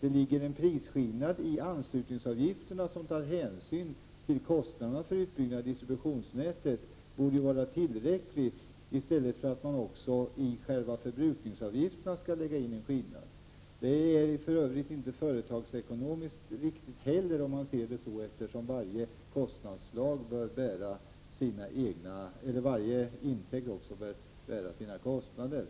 det ligger en prisskillnad i anslutningsavgifterna som tar hänsyn till kostnaderna för utbyggnaden av distributionsnätet borde vara tillräckligt, och därför skall man inte i själva förbrukningsavgifterna lägga in en skillnad. Det är för övrigt inte heller företagsekonomiskt riktigt om man ser det så, eftersom varje intäkt bör bära sina kostnader.